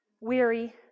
weary